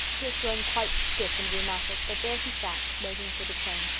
he has grown quite stiff and rheumatic but there he sat, waiting for the train.